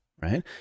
right